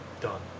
done